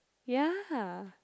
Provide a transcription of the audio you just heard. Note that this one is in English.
ya